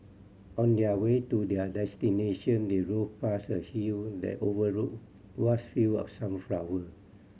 on their way to their destination they drove past a hill that overlooked vast field of sunflower